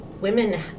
women